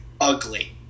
ugly